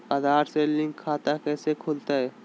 आधार से लिंक खाता कैसे खुलते?